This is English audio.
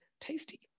tasty